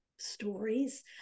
stories